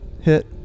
hit